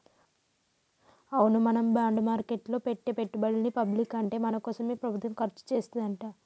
అవును మనం బాండ్ మార్కెట్లో పెట్టే పెట్టుబడులని పబ్లిక్ అంటే మన కోసమే ప్రభుత్వం ఖర్చు చేస్తాడంట